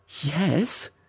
Yes